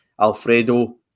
Alfredo